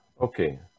Okay